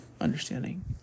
understanding